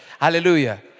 Hallelujah